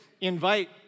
Invite